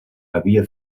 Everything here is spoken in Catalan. havia